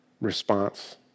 response